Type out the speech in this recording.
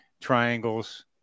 triangles